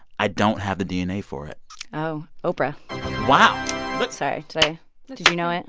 i don't have the dna for it oh, oprah wow but sorry, did i did you know it?